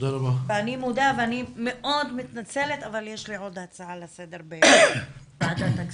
אני מודה ואני מאוד מתנצלת אבל יש לי עוד הצעה לסדר בוועדת הכספים.